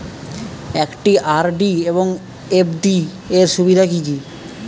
একটি আর.ডি এবং এফ.ডি এর সুবিধা কি কি?